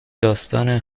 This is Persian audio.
داستان